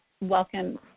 welcome